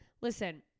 Listen